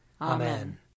Amen